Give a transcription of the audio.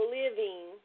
living